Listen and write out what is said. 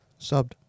Subbed